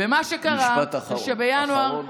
ומה שקרה, משפט אחרון.